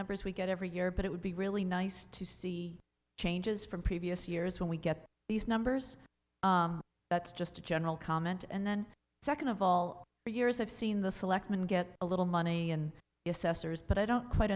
numbers we get every year but it would be really nice to see changes from previous years when we get these numbers that's just a general comment and then second of all the years i've seen the selectmen get a little money and assessors but i don't quite